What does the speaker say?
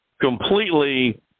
completely